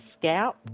scalp